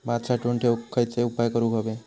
भात साठवून ठेवूक खयचे उपाय करूक व्हये?